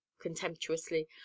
contemptuously